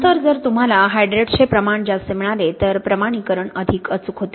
नंतर जर तुम्हाला हायड्रेट्सचे प्रमाण जास्त मिळाले तर प्रमाणीकरण अधिक अचूक होते